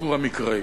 לסיפור המקראי.